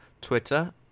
Twitter